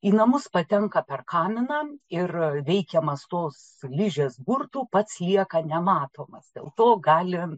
į namus patenka per kaminą ir veikiamas tos ližės burtų pats lieka nematomas dėl to gali